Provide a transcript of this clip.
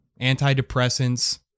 antidepressants